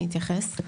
אני אתייחס.